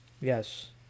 yes